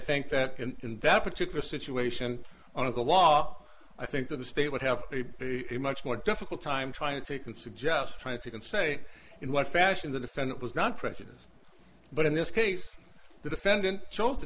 think that in that particular situation on the law i think that the state would have a much more difficult time trying to take an suggest trying to can say in what fashion the defendant was not prejudiced but in this case the defendant chose to